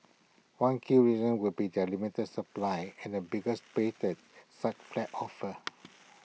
one key reason would be their limited supply and the bigger space that such flats offer